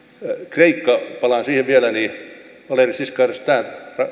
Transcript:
kreikka palaan siihen vielä valery giscard destaing